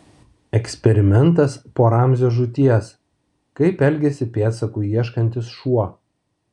eksperimentas po ramzio žūties kaip elgiasi pėdsakų ieškantis šuo